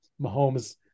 Mahomes